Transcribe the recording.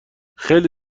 خیلی